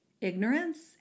ignorance